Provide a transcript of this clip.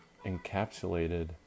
encapsulated